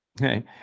Okay